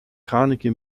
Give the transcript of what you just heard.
carnegie